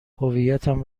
هویتم